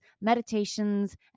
meditations